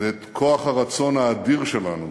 ואת כוח הרצון האדיר שלנו